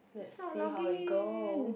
let's see how it go